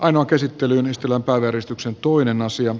ainoa käsittelyn estela klaveristuksen toinen asia